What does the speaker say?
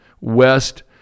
West